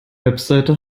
website